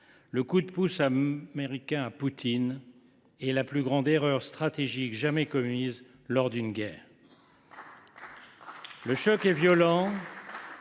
Le coup de pouce américain à Poutine est la plus grande erreur stratégique jamais commise lors d’une guerre. Le choc est violent,